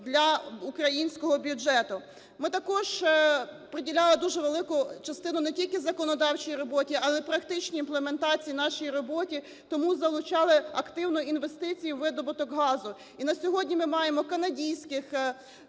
для українського бюджету. Ми також приділяли дуже велику частину не тільки законодавчій роботі, але практичній імплементації в нашій роботі, тому залучали активно інвестиції у видобуток газу. І на сьогодні ми маємо канадійських,